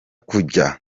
kuja